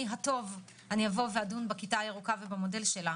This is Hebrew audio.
הטוב אני אדון בכיתה הירוקה ובמודל שלה